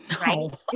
right